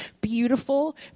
beautiful